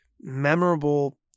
memorable